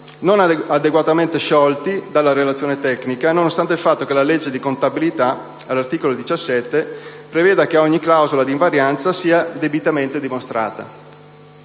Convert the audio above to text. non adeguatamente sciolti dalla relazione tecnica, nonostante il fatto che la legge di contabilità, all'articolo 17, preveda che ogni clausola di invarianza sia debitamente dimostrata.